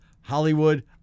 Hollywood